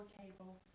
cable